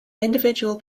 individual